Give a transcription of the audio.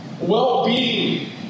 Well-being